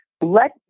Let